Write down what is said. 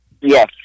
Yes